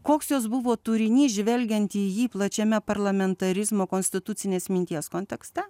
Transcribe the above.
koks jos buvo turinys žvelgiant į jį plačiame parlamentarizmo konstitucinės minties kontekste